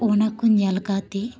ᱚᱱᱟ ᱠᱚ ᱧᱮᱞ ᱠᱟᱛᱮ